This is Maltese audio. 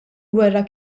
gwerra